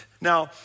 Now